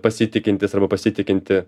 pasitikintis arba pasitikinti